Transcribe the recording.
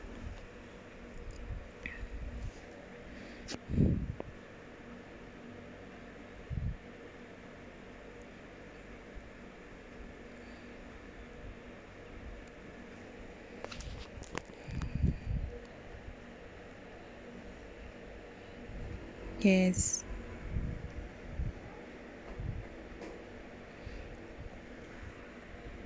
yes